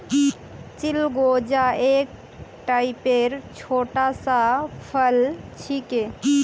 चिलगोजा एक टाइपेर छोटा सा फल छिके